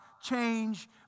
change